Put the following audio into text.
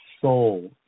soul